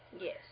Yes